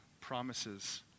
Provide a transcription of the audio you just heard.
promises